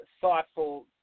thoughtful